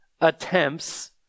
attempts